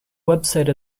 website